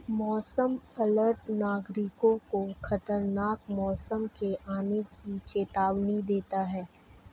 मौसम अलर्ट नागरिकों को खतरनाक मौसम के आने की चेतावनी देना है